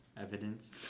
evidence